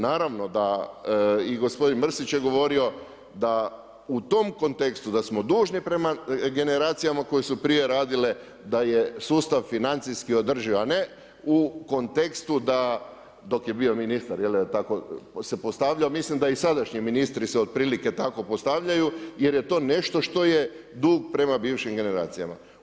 Naravno da i gospodin Mrsić je govorio da u tom kontekstu, da smo dužni prema generacijama koje su prije radile, da je sustav financijski održiv, a ne u kontekstu, dok je bio ministar, tako se postavljao, mislim da i sadašnji ministri se otprilike tako postavljaju, jer je to nešto što je dug prema bivšim generacijama.